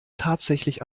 tatsächlich